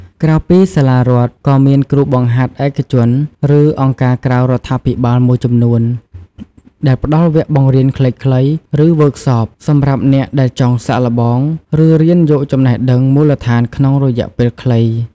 ក្រៅពីសាលារដ្ឋ ក៏មានគ្រូបង្ហាត់ឯកជន ឬអង្គការក្រៅរដ្ឋាភិបាលមួយចំនួនដែលផ្ដល់វគ្គបង្រៀនខ្លីៗ ឬវើកសប (Workshop) សម្រាប់អ្នកដែលចង់សាកល្បង ឬរៀនយកចំណេះដឹងមូលដ្ឋានក្នុងរយៈពេលខ្លី។